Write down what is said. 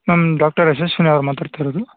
ma'am doctor Yashaswini ಅವ್ರ ಮಾತಾಡ್ತಿರೋದು